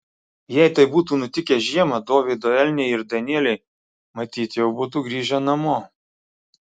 jei tai būtų nutikę žiemą dovydo elniai ir danieliai matyt jau būtų grįžę namo